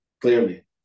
Clearly